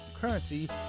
currency